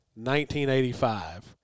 1985